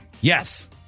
Yes